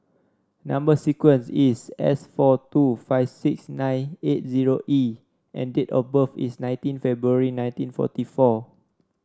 number sequence is S four two five six nine eight zero E and date of birth is nineteen February nineteen forty four